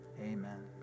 Amen